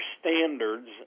standards